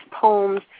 poems